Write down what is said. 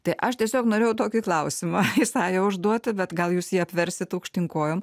tai aš tiesiog norėjau tokį klausimą isaja užduoti bet gal jūs jį apversit aukštyn kojom